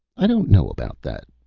i don't know about that,